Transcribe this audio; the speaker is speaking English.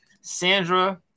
Sandra